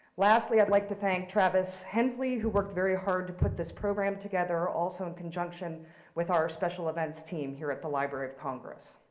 lastly, i'd like to thank travis hensley who worked very hard to put this program together, also in conjunction with our special events team here at the library of congress.